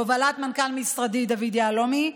בהובלת מנכ"ל משרדי דוד יהלומי,